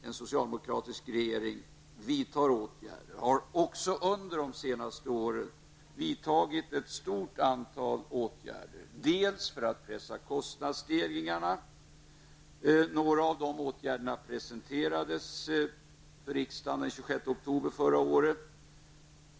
En socialdemokratisk regering vidtar åtgärder, och regeringen har också under det senaste året vidtagit ett stort antal åtgärder för att bl.a. dämpa kostsstegringarna. En del av de åtgärderna presenterades för riksdagen den 26 oktober förra året.